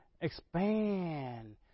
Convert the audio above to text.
expand